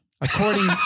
According